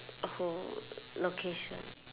oh [ho] location